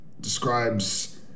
describes